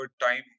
time